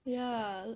ya